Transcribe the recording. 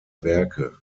werke